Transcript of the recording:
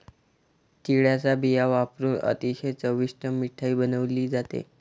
तिळाचा बिया वापरुन अतिशय चविष्ट मिठाई बनवली जाते